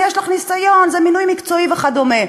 יש לך ניסיון, זה מינוי מקצועי וכדומה.